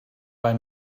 bei